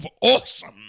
Awesome